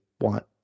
want